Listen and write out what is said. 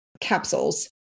capsules